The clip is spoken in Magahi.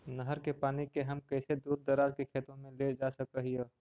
नहर के पानी के हम कैसे दुर दराज के खेतों में ले जा सक हिय?